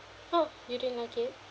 oh you drink okay